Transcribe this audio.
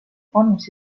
panus